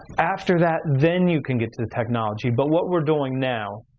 after that, then you can get to the technology, but what we're doing now,